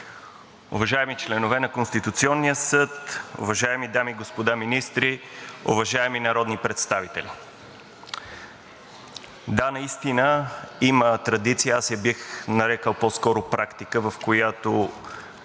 уважаеми членове на Конституционния съд, уважаеми дами и господа министри, уважаеми народни представители! Да, наистина има традиция и аз по-скоро бих я нарекъл практика, в която